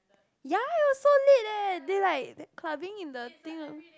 ya it was so late leh they like clubbing in the thing